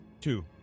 Two